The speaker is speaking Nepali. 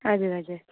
हजुर हजुर